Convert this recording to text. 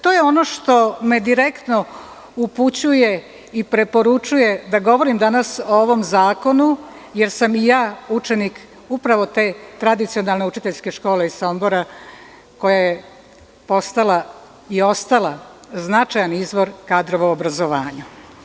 To je ono što me direktno upućuje i preporučuje da govorim danas o ovom zakonu, jer sam i ja učenik upravo te tradicionalne učiteljske škole Sombora koja je postala i ostala značajan izvor kadrova obrazovanja.